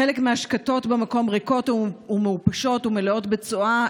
חלק מהשקתות במקום ריקות ומעופשות ומלאות בצואה,